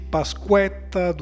Pasquetta